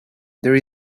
there